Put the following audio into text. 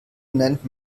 nennt